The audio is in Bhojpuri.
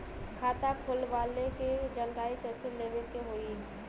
खाता खोलवावे के जानकारी कैसे लेवे के होई?